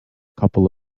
couple